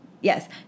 Yes